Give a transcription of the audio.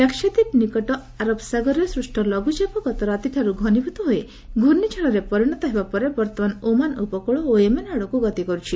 ଲାକ୍ଷାଦ୍ୱୀପ ନିକଟରେ ଆରବ ସାଗରରେ ସୃଷ୍ଟ ଲଘୁଚାପ ଗତରାତିଠାରୁ ଘନୀଭୂତ ହୋଇ ଘର୍ଷ୍ଣିଝଡ଼ରେ ପରିଣତ ହେବା ପରେ ବର୍ତ୍ତମାନ ଓମାନ ଉପକୂଳ ଓ ୟେମେନ୍ ଆଡ଼କୁ ଗତି କରୁଛି